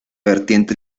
vertiente